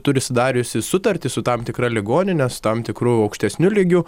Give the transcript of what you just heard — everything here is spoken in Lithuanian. turi sudariusi sutartį su tam tikra ligonine su tam tikru aukštesniu lygiu